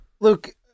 Luke